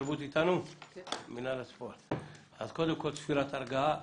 אז קודם כל צפירת הרגעה,